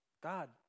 God